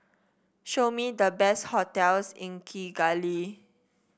show me the best hotels in Kigali